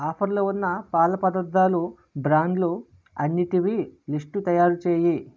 offer లు ఉన్న పాల పదార్థాలు బ్రాండ్ లు అన్నిటివి లిస్టు తయారు చేయి